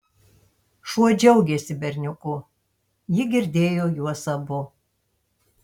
šuo džiaugėsi berniuku ji girdėjo juos abu